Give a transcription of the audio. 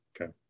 Okay